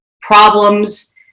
problems